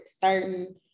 certain